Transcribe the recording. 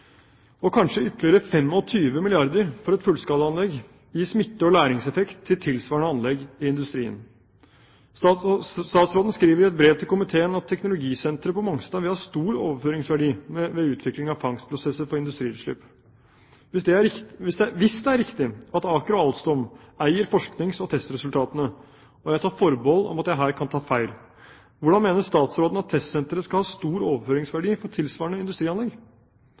og kanskje ytterligere 25 milliarder kr for et fullskalaanlegg, gir smitte- og læringseffekt til tilsvarende anlegg i industrien? Statsråden skriver i et brev til komiteen at teknologisenteret på Mongstad vil «ha stor overføringsverdi ved utvikling av fangstprosesser for industriutslipp». Hvis det er riktig at Aker og Alstom eier forsknings- og testresultatene, og jeg tar forbehold om at jeg her kan ta feil, hvordan mener statsråden at testsenteret skal ha stor overføringsverdi for tilsvarende industrianlegg?